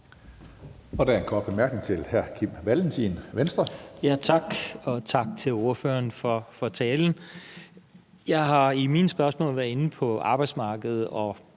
Der er en kort bemærkning til hr. Kim Valentin, Venstre. Kl. 15:55 Kim Valentin (V): Tak, og tak til ordføreren for talen. Jeg har i mine spørgsmål været inde på arbejdsmarkedet og